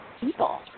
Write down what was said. people